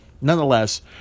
Nonetheless